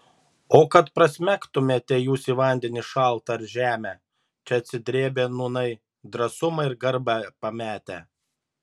o kad prasmegtumėte jūs į vandenį šaltą ar žemę čia atsidrėbę nūnai drąsumą ir garbę pametę